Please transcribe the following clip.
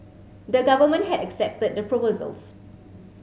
the government had accepted the proposals